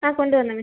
ആ കൊണ്ടുവന്നു മിസ്